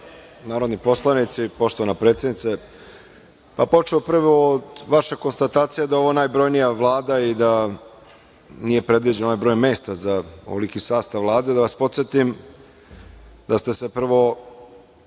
lepo. Narodni poslanici, poštovana predsednice, pa počeo bih prvo od vaše konstatacije da je ovo najbrojnija Vlada i da nije predviđeno ovaj broj mesta za ovoliki sastav Vlade, da vas podsetim da ste se prvo